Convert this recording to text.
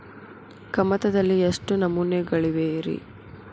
ಕಮತದಲ್ಲಿ ಎಷ್ಟು ನಮೂನೆಗಳಿವೆ ರಿ?